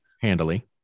Handily